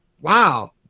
wow